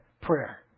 prayer